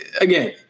again